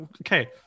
okay